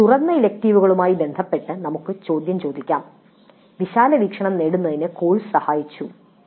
തുറന്ന ഇലക്ടീവുകളുമായി ബന്ധപ്പെട്ട് നമുക്ക് ചോദ്യം ചോദിക്കാം "വിശാലമായ വീക്ഷണം നേടുന്നതിന് കോഴ്സ് സഹായിച്ചു"